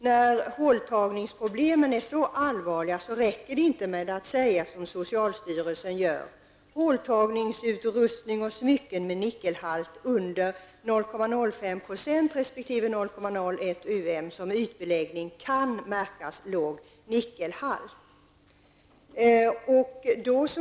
När problemen med håltagning är så allvarliga räcker det inte med att säga så som socialstyrelsen gör att håltagningsutrustning och smycken med nickelhalt under 0,05 % resp. 0,01 um som ytbeläggning kan märkas med låg nickelhalt.